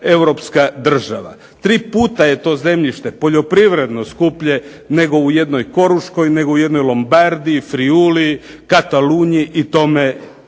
europska država. Tri puta je to zemljište poljoprivredno skuplje nego u jednoj Koruškoj, nego u jednoj Lombardiji, Friuli, Katalunji i tome